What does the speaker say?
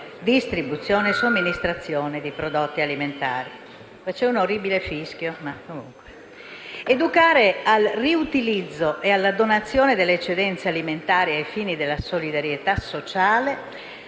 distribuzione e somministrazione dei prodotti alimentari.